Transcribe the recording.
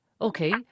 Okay